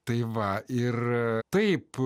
tai va ir taip